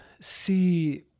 see